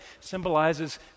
symbolizes